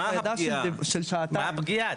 הפגיעה.